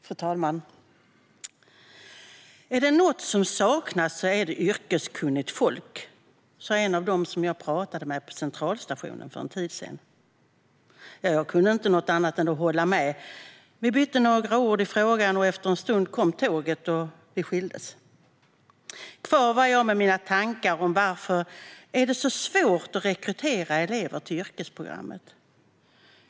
Fru talman! Är det något som saknas är det yrkeskunnigt folk, sa en av dem som jag pratade med på centralstationen för en tid sedan, och jag kunde inte annat än att hålla med. Vi bytte några ord i frågan, och efter en stund kom tåget och vi skildes åt. Kvar var jag med mina tankar om varför det är så svårt att rekrytera elever till yrkesprogrammet.